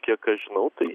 kiek aš žinau tai